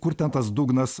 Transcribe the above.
kur ten tas dugnas